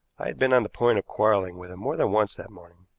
i had been on the point of quarreling with him more than once that morning,